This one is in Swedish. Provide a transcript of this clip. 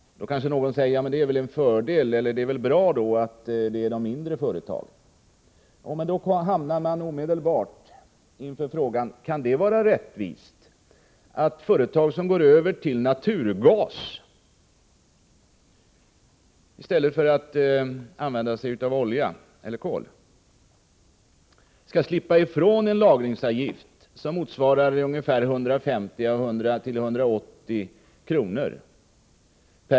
Någon kanske säger: Det är väl bra att mindre företag gynnas! Men då kommer man omedelbart till frågan: Kan det vara rättvist att företag som går över till naturgas i stället för att använda sig av olja eller kol, slipper ifrån lagringsavgifter motsvarande 150-180 kr./m?